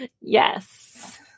yes